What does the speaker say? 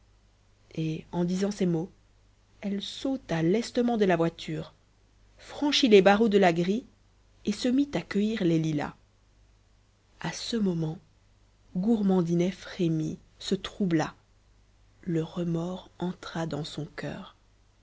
et en disant ces mots elle sauta lestement de la voiture franchit les barreaux de la grille et se mit à cueillir les lilas a ce moment gourmandinet frémit se troubla le remords entra dans son coeur